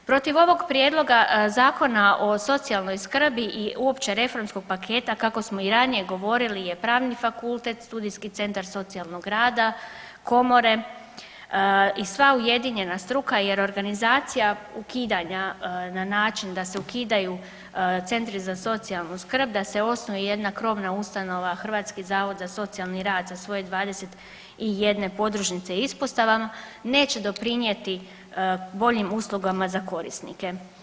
Protiv ovog Prijedloga zakona o socijalnoj skrbi i uopće reformskog paketa kako smo i ranije govorili je Pravni fakultet, studijski centar socijalnog rada, komore i sva ujedinjena struka jer organizacija ukidanja na način da se ukidaju Centri za socijalnu skrb, da se osnuje jedna krovna ustanova Hrvatski zavod za socijalni rad sa svoje 21 podružnice i ispostavama neće doprinijeti boljim uslugama za korisnike.